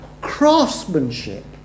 craftsmanship